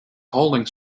holding